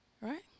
Right